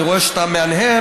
אני רואה שאתה מהנהן,